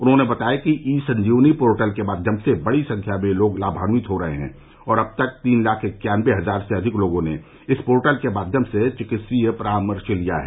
उन्होंने बताया कि ई संजीवनी पोर्टल के माध्यम से बड़ी संख्या में लोग लामान्वित हो रहे हैं और अब तक तीन लाख इक्यान्नबे हजार से अधिक लोगों ने इस पोर्टल के माध्यम से चिकित्सकीय परामर्श लिया है